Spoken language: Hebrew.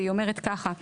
והיא אומרת ככה: